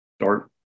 start